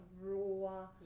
raw